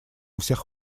всех